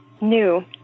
new